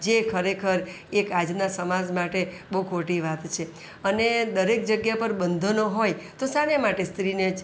જે ખરેખર એક આજના સમાજ માટે બહુ ખોટી વાત છે અને દરેક જગ્યા પર બંધનો હોય તો શાના માટે સ્ત્રીને